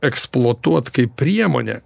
eksploatuot kaip priemonę